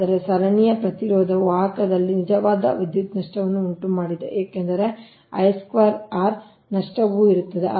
ಆದರೆ ಸರಣಿಯ ಪ್ರತಿರೋಧವು ವಾಹಕದಲ್ಲಿ ನಿಜವಾದ ವಿದ್ಯುತ್ ನಷ್ಟವನ್ನು ಉಂಟುಮಾಡುತ್ತದೆ ಏಕೆಂದರೆ ನಷ್ಟವು ಇರುತ್ತದೆ